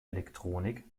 elektronik